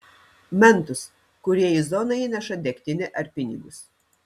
mentus kurie į zoną įneša degtinę ar pinigus